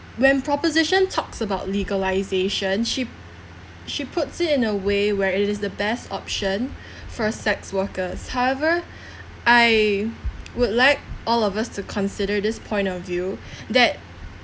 when proposition talks about legalisation she she puts it in a way where it is the best option for sex workers however I would like all of us to consider this point of view that